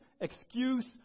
excuse